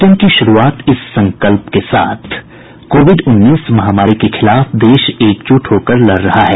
bulletin की शुरूआत इस संकल्प के साथ कोविड उन्नीस महामारी के खिलाफ देश एकजुट होकर लड़ रहा है